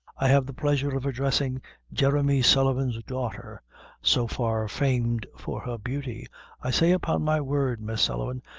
i have the pleasure of addressing jeremy sullivan's daughter so far famed for her beauty i say, upon my word, miss sullivan,